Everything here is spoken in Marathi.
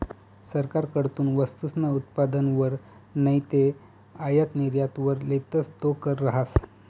सरकारकडथून वस्तूसना उत्पादनवर नैते आयात निर्यातवर लेतस तो कर रहास